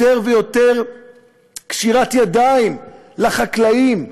יותר ויותר קשירת ידיים לחקלאים.